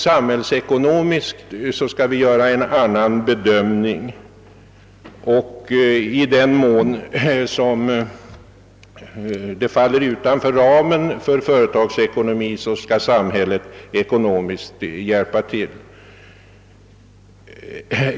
Samhällsekonomiskt skall man emellertid göra en annan bedömning, och i den mån konsekvenserna av företagets verksamhet faller utanför ramen för företagsekonomin skall samhället ekonomiskt hjälpa till.